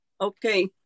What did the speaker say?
okay